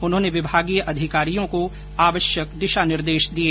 उन्होंने विभागीय अधिकारियों को आवश्यक दिशा निर्देश दिए